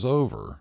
over